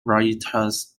writers